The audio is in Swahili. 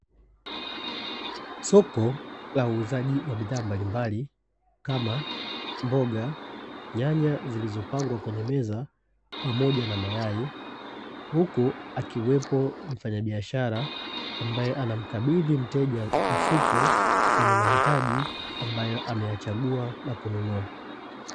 Soko la uzaji wa bidhaa mbalimbali kama mboga, nyanya zimepangwa kwenye meza pamoja na mayai, huku akiwepo mfanyabiashara ambae anamkabidhi mteja mfuko wenye mahitaji ambayo ameyachagua na kununua .